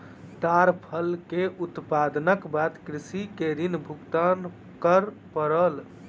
ताड़ फल के उत्पादनक बाद कृषक के ऋण भुगतान कर पड़ल